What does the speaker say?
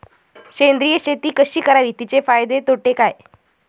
सेंद्रिय शेती कशी करावी? तिचे फायदे तोटे काय?